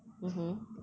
mmhmm